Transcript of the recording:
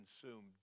consumed